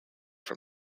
from